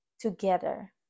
together